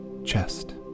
chest